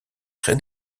très